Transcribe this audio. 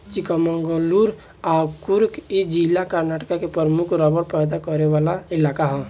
चिकमंगलूर आ कुर्ग इ जिला कर्नाटक के प्रमुख रबड़ पैदा करे वाला इलाका ह